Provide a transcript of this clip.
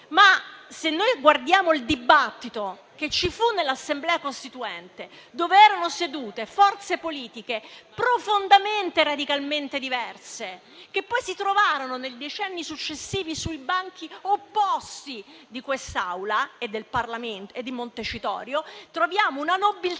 Se noi guardiamo il dibattito che ci fu nell'Assemblea costituente, dov'erano sedute forze politiche profondamente e radicalmente diverse, che poi si trovarono nei decenni successivi sui banchi opposti di quest'Aula e di Montecitorio, troviamo una nobiltà